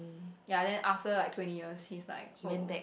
ya then after like twenty years he's like oh